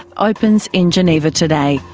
opens in geneva today.